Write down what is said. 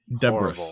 Debris